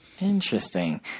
Interesting